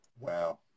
Wow